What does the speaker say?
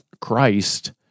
Christ